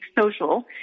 social